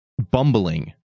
Bumbling